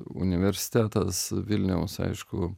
universitetas vilniaus aišku